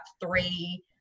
three